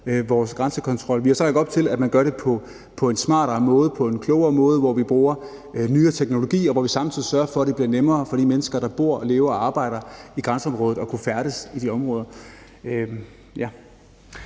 vores grænsekontrol. Vi har så lagt op til, at man gør det på en smartere måde, på en klogere måde, hvor vi bruger nyere teknologi, og hvor vi samtidig sørger for, at det bliver nemmere for de mennesker, der bor, lever og arbejder i grænseområdet, at kunne færdes i de områder.